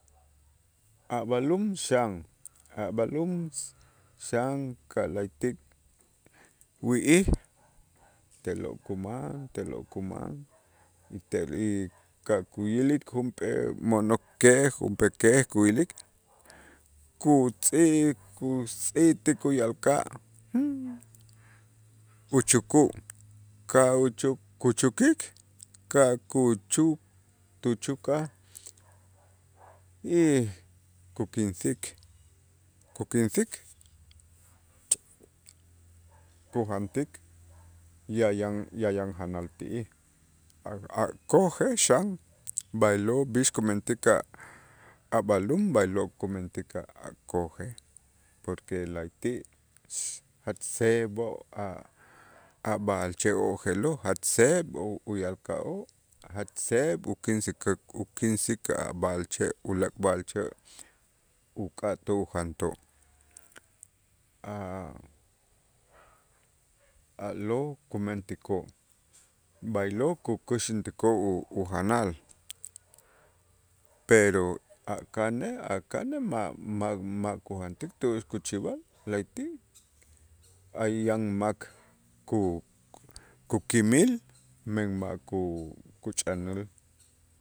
A' b'alum xan, a' b'alum xan ka' la'ayti' wi'ij te'lo' kuman, te'lo' kuman y ka' kuyilik junp'ee mo'nokej, junp'ee kej, kuyilik kutz'ik kusiit' ti kuya'lka' uchuku' ka' u- kuchäkik ka' kuchuk tuchukaj y kukinsik kukinsik kujantik ya yan- ya yan janal ti'ij a' kojej xan, b'aylo' b'ix kumentik a' a' b'alum b'aylo' kumentik a' kojej porque la'ayti' jach seeb'oo' a' a' b'a'alche'oo' je'lo' jach seeb' uyalka'oo' jach seeb' ukinsi ukinsik a' b'a'alche' ulaak' b'a'alche' uk'atoo' ujantoo' a'-a'lo' kumentikoo' b'aylo' kukuxäntikoo' ujanal, pero a' kanej a' kanej ma' ma' ma' kujantik tu'ux kuchib'al la'ayti' hay yan mak ku- kukimil men mak ku- kuchanäl.